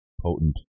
potent